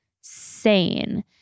sane